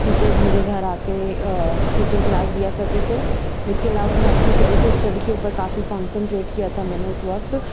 teachers مجھے گھر آ کے کوچنگ کلاس دیا کرتے تھے اس کے علاوہ میں اپنے سیلف اسٹڈی کے اوپر کافی کونسنٹریٹ کیا تھا میں نے اس وقت